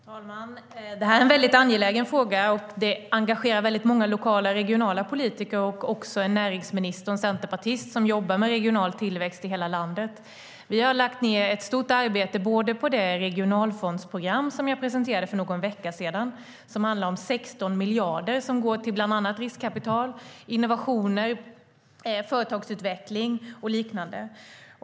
Herr talman! Detta är en väldigt angelägen fråga. Den engagerar många lokala och regionala politiker och också en näringsminister som är centerpartist och jobbar med regional tillväxt i hela landet. Vi har lagt ned ett stort arbete på det regionalfondsprogram som jag presenterade för någon vecka sedan. Det handlar om 16 miljarder som går till bland annat riskkapital, innovationer, företagsutveckling och liknande.